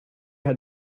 had